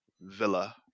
Villa